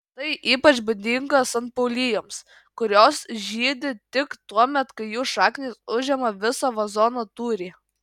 tai ypač būdinga sanpaulijoms kurios žydi tik tuomet kai jų šaknys užima visą vazono tūrį